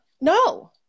no